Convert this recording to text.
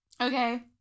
Okay